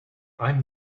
i’m